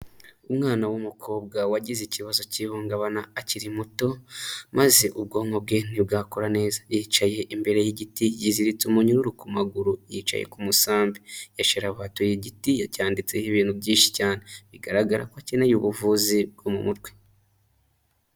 Umwana w'umukobwa wagize ikibazo cy'ihungabana akiri muto, maze ubwonko bwe ntibwakora neza. Yicaye imbere y'igiti yiziritse umunyururu ku maguru, yicaye ku musambi. yasheravatuye igiti, yacyanditseho ibintu byinshi cyane. Bigaragara ko akeneye ubuvuzi bwo mu mutwe.